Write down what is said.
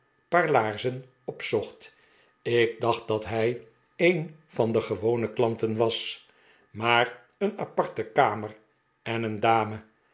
paar laarzen opzocht ik dacht dat hij een van de gewone klanten was maar een aparte kamer en een dame